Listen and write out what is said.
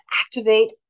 activate